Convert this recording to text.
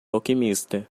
alquimista